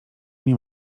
nie